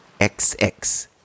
XX